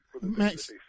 Max